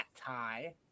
tie